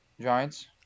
giants